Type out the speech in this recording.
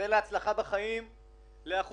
כולם יגידו שהסטודנטים חשובים,